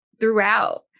throughout